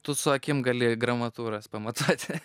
tu su akim galėji gramatūras pamatuoti